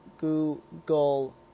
Google